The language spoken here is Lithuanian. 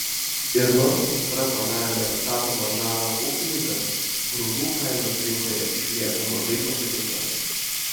ir nors sausra padarė neatstatomą žalą ūkininkams grūdų kainos rinkoje išlieka mažai pakitusios